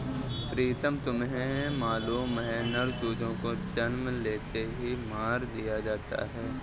प्रीतम तुम्हें मालूम है नर चूजों को जन्म लेते ही मार दिया जाता है